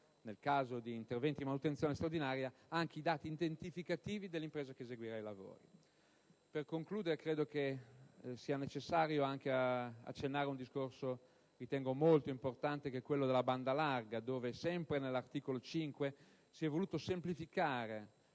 nel caso di interventi di manutenzione straordinaria, anche i dati identificativi dell'impresa che eseguirà i lavori. Per concludere, credo sia necessario anche accennare ad un discorso che ritengo molto importante, quello della banda larga, dove, sempre all'articolo 5, si sono volute semplificare